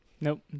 Nope